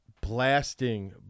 blasting